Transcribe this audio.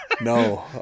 no